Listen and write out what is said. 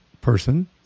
person